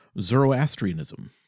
Zoroastrianism